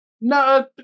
No